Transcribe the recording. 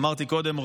אמרתי קודם,